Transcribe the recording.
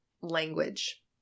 language